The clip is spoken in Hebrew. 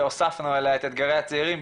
והוספנו אליה את הצעירים,